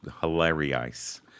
hilarious